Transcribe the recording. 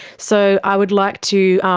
so i would like to,